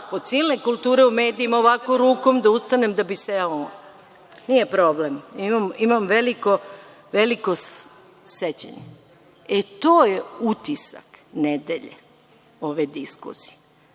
od silne kulture u medijima, mahao rukom da ustanem da bi seo on. Nije problem. Imam veliko sećanje.E, to je utisak nedelje ove diskusije,